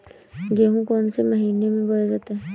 गेहूँ कौन से महीने में बोया जाता है?